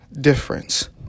difference